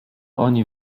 oni